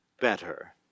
better